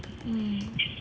mm